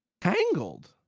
tangled